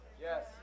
Yes